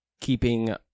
keeping